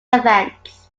events